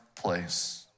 place